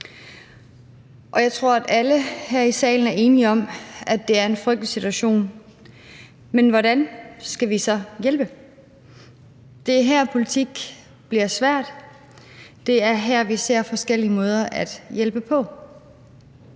Jeg tror, at alle her i salen er enige om, at det er en frygtelig situation, men hvordan skal vi så hjælpe? Det er her, politik bliver svært. Det er her, vi ser forskellige måder at hjælpe på.